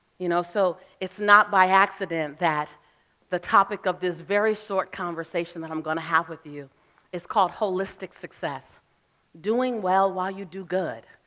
you know, so it's not by accident that the topic of this very short conversation that i'm gonna have with you is called holistic success doing well while you do good.